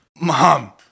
Mom